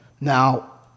now